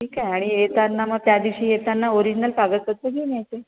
ठीक आहे आणि येताना मग त्यादिवशी येताना ओरिजिनल कागदपत्रं घेऊन यायचे